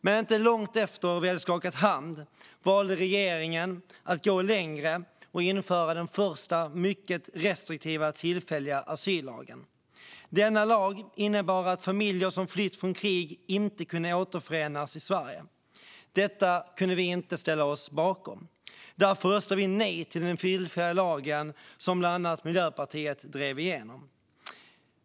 Men inte långt efter att vi hade skakat hand valde regeringen att gå längre och införa den första mycket restriktiva tillfälliga asyllagen. Denna lag innebar att familjer som flytt från krig inte kunde återförenas i Sverige. Detta kunde vi inte ställa oss bakom. Därför röstade vi nej till den tillfälliga lagen som bland annat Miljöpartiet drev igenom.